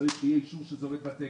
שצריך שיהיה אישור שזה עומד בתקן.